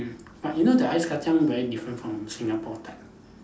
but you know the ice kacang very different from Singapore type